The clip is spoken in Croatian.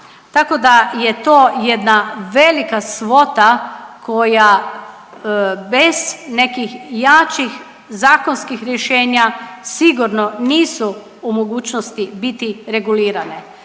tako da je to jedna velika svota koja bez nekih jačih zakonskih rješenja sigurno nisu u mogućnosti biti regulirane.